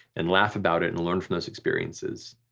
and laugh about it and learn from those experiences.